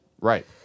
right